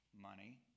money